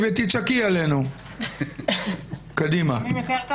ומהקליניקה למשפט טכנולוגי וסייבר באוניברסיטת